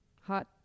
Hot